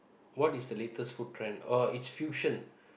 what is the latest food trend oh it's fusion